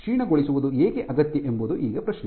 ಕ್ಷೀಣಗೊಳಿಸುವುದು ಏಕೆ ಅಗತ್ಯ ಎಂಬುದು ಈಗ ಪ್ರಶ್ನೆ